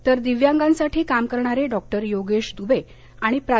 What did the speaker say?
तर दिव्यांगांसाठी काम करणारे डॉ योगेश दुबे आणि प्रा